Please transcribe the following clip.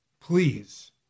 Please